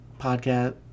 podcast